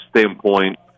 standpoint